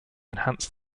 enhance